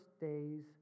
days